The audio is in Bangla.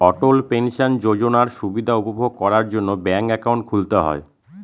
অটল পেনশন যোজনার সুবিধা উপভোগ করার জন্য ব্যাঙ্ক একাউন্ট খুলতে হয়